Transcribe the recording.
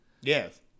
Yes